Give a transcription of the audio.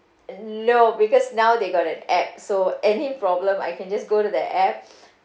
uh no because now they got an app so any problem I can just go to the app